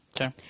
Okay